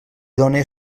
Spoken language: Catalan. done